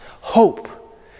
hope